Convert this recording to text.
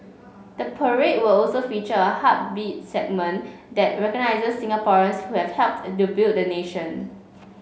the parade will also feature a Heartbeats segment that recognises Singaporeans who have helped to build the nation